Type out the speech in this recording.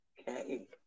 Okay